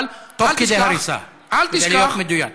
אבל תוך כדי הריסה, כדי להיות מדויק.